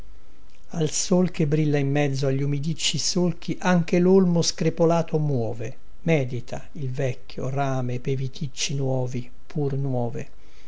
al sol che brilla in mezzo a gli umidicci solchi anche lolmo screpolato muove medita il vecchio rame pei viticci nuovi pur nuove